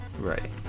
Right